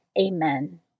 Amen